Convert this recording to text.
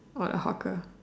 what hawker